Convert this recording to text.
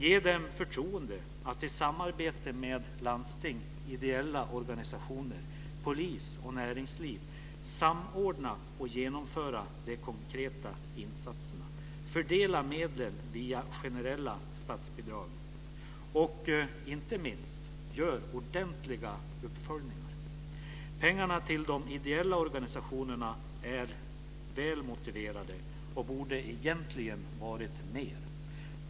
De dem förtroendet att i samarbete med landsting, ideella organisationer, polis och näringsliv samordna och genomföra de konkreta insatserna. Fördela medlen via generella statsbidrag och gör, inte minst, ordentliga uppföljningar. Pengarna till de ideella organisationerna är väl motiverade, och det borde egentligen ha varit mer.